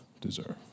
deserve